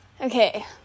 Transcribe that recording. okay